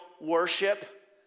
worship